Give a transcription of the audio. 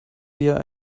wir